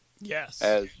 Yes